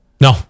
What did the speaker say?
No